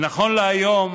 נכון להיום